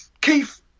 Keith